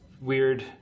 weird –